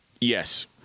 Yes